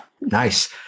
Nice